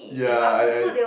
yeah I I